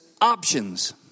options